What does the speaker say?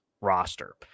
roster